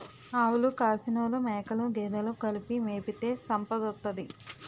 ఆవులు కాసినోలు మేకలు గేదెలు కలిపి మేపితే సంపదోత్తది